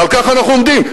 ועל כך אנחנו עומדים.